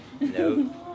No